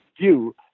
view